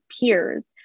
peers